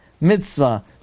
Mitzvah